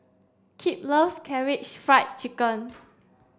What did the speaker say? Kipp loves Karaage Fried Chicken